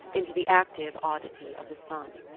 into the active oddity of the son.